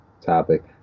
topic